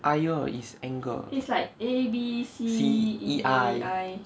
ire is anger C E I